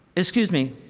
excuse me,